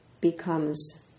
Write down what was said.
becomes